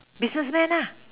businessman